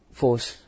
force